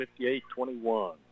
58-21